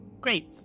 Great